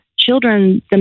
children